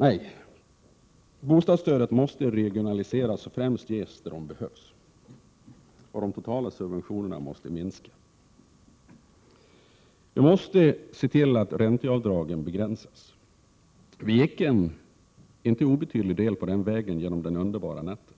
Nej, bostadsstödet måste regionaliseras och främst ges där det behövs. De totala subventionerna måste minska. Vi måste se till att ränteavdragen begränsas. Vi gick en inte obetydlig del av den vägen genom den underbara natten,